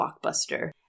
Blockbuster